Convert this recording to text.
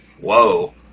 whoa